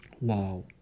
Wow